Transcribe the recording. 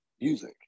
music